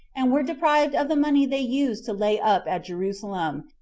and were deprived of the money they used to lay up at jerusalem,